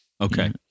Okay